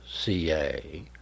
CA